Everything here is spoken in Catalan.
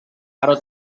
però